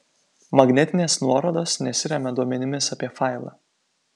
magnetinės nuorodos nesiremia duomenimis apie failą